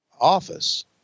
Office